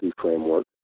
framework